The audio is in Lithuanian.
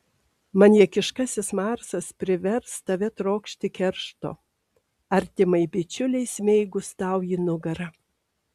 maniakiškasis marsas privers tave trokšti keršto artimai bičiulei smeigus tau į nugarą